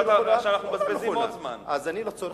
אז לסיכום,